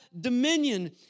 dominion